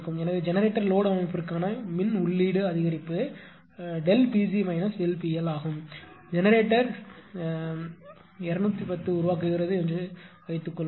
எனவே generator load அமைப்பிற்கான மின் உள்ளீடு அதிகரிப்பு Pg PL ஆகும் ஜெனரேட்டர் 210 உருவாக்குகிறது என்று நினைக்கிறேன்